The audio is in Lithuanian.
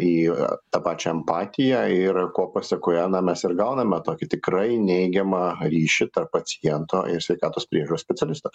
į tą pačią empatiją ir ko pasekoje na mes ir gauname tokį tikrai neigiamą ryšį tarp paciento ir sveikatos priežiūros specialisto